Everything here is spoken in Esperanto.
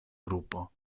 grupo